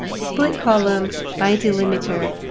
split column, by delimiter,